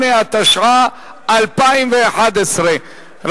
28) (מספר הסגנים בעיריית ירושלים),